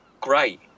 great